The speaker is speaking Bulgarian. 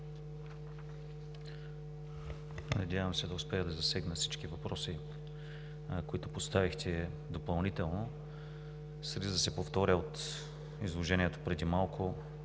Надявам се да успея да засегна всички въпроси, които поставихте допълнително, с риск да се повторя от изложението преди малко.